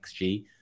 XG